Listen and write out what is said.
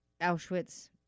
Auschwitz